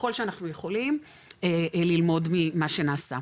ככול שאנחנו יכולים ללמוד ממה שנעשה.